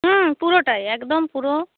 হুম পুরোটাই একদম পুরো